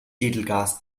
edelgas